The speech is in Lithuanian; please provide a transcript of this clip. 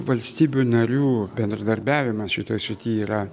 valstybių narių bendradarbiavimas šitoj srity yra